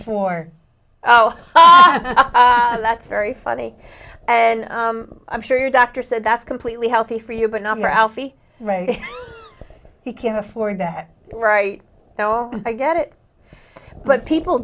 four ha that's very funny and i'm sure your doctor said that's completely healthy for you but not for alfie right he can't afford that right now i get it but people